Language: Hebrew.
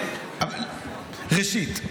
ראשית,